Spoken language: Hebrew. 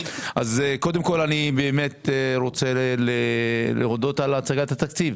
רוצה להודות על הצגת התקציב,